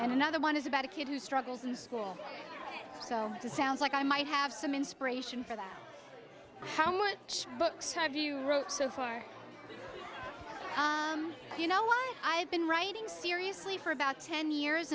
and another one is about a kid who struggles in school so to sounds like i might have some inspiration for that how much books have you wrote so far you know what i've been writing seriously for about ten years